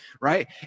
right